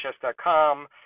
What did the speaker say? chess.com